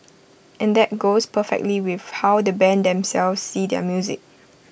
and that goes perfectly with how the Band themselves see their music